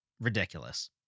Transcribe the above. ridiculous